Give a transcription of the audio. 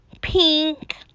pink